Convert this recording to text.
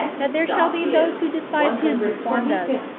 that there shall be those who despise him who formed us,